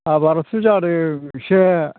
आबादाथ' जादों इसे